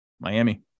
Miami